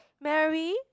Mary